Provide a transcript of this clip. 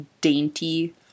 dainty